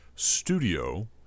Studio